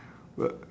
but